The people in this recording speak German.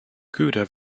köder